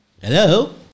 hello